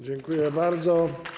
Dziękuję bardzo.